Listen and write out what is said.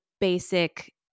basic